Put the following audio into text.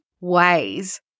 ways